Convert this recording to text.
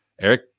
Eric